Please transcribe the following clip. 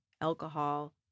alcohol